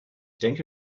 denke